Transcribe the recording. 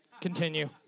Continue